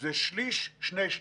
זה שליש, שני שלישים.